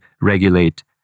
regulate